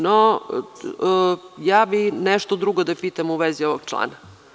No, ja bih nešto drugo da pitam u vezi ovog člana.